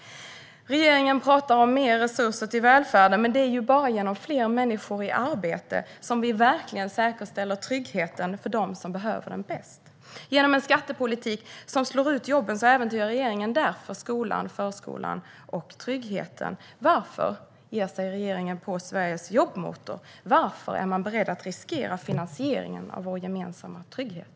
Regeringen talar om mer resurser till välfärden, men det är bara genom fler människor i arbete som vi säkerställer tryggheten för dem som behöver den bäst. Genom en skattepolitik som slår ut jobben äventyrar regeringen skolan, förskolan och tryggheten. Varför ger regeringen sig på Sveriges jobbmotor? Varför är man beredd att riskera finansieringen av vår gemensamma trygghet?